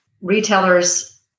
retailers